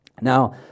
Now